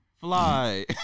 fly